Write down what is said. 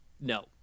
No